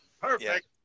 Perfect